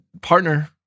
partner